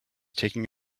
taking